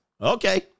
Okay